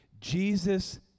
Jesus